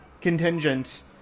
contingent